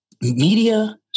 media